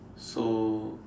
so